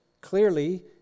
clearly